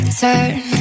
turn